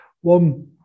one